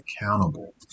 accountable